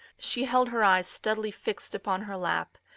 she held her eyes steadily fixed upon her lap,